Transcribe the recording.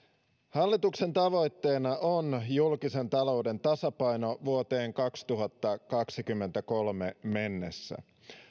hallituksen tavoitteena on julkisen talouden tasapaino vuoteen kaksituhattakaksikymmentäkolme mennessä